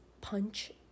punch